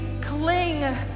cling